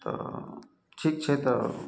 तऽ ठीक छै तऽ